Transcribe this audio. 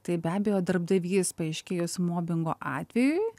tai be abejo darbdavys paaiškėjus mobingo atvejui